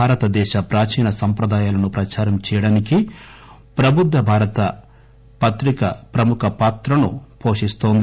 భారతదేశ ప్రాచీన సంప్రదాయాలను ప్రచారం చేయడానికి ప్రభుద్గ భారత ప్రముఖ పాత్రను పోషిస్తోంది